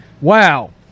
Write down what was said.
Wow